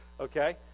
Okay